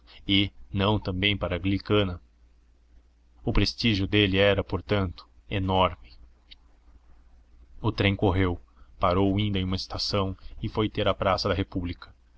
e não também para a anglicana o prestígio dele era portanto enorme o trem correu parou ainda em uma estação e foi ter à praça da república